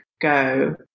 go